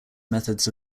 methods